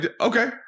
Okay